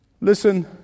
Listen